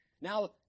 Now